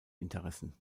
interessen